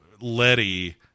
Letty